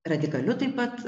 radikaliu taip pat